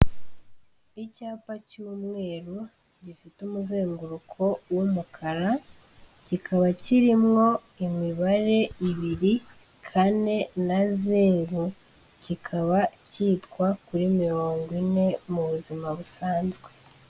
Icyapa cy'umweru gifite umuzenguruko w'umukara kikaba kirimo imibare ibiri kane na zeru, kikaba cyitwa kuri mirongo ine mu buzima busanzwe.